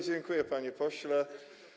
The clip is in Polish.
Dziękuję, panie pośle.